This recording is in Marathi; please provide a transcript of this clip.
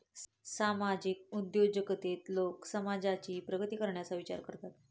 सामाजिक उद्योजकतेत लोक समाजाची प्रगती करण्याचा विचार करतात